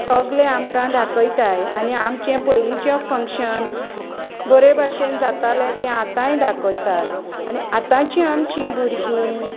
सोगलें आमकां दाखोयताय आनी आमचें पयलींचें फंक्शन बोरे भाशेन जातालें तें आतांय दा कोत्तात आनी आतांचीं आमचीं भुरगीं